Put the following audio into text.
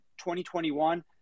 2021